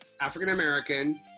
African-American